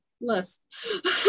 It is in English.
list